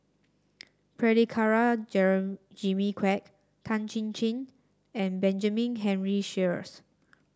Prabhakara Jimmy Quek Tan Chin Chin and Benjamin Henry Sheares